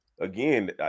again